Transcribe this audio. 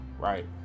right